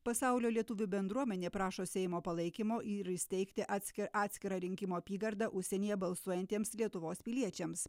pasaulio lietuvių bendruomenė prašo seimo palaikymo ir įsteigti atski atskirą rinkimų apygardą užsienyje balsuojantiems lietuvos piliečiams